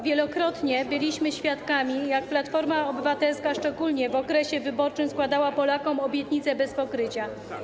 Wielokrotnie byliśmy świadkami, jak Platforma Obywatelska, szczególnie w okresie wyborczym, składała Polakom obietnice bez pokrycia.